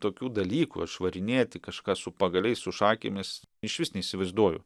tokių dalykų išvarinėti kažką su pagaliais su šakėmis išvis neįsivaizduoju